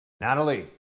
Natalie